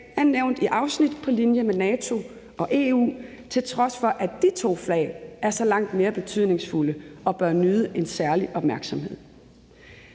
er nævnt i afsnit på linje med NATO og EU, til trods for at de to flag er så langt mere betydningsfulde og bør nyde en særlig opmærksomhed.